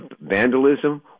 vandalism